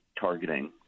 targeting